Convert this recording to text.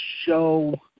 show